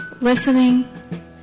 listening